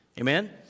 Amen